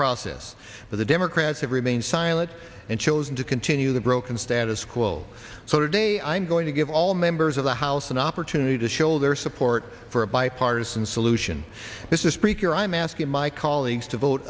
process but the democrats have remained silent and chosen to continue the broken status quo so today i'm going to give all members of the house an opportunity to show their support for a bipartisan solution this is speaker i'm asking my colleagues to vote